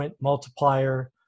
multiplier